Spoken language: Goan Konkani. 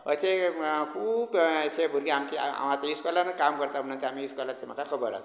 अशे हे खूब अशें हे भुरगें आमचे हांव आं इस्कॉलान काम करता म्हणून म्हाका इस्कॉलातलें म्हाका खबर आसा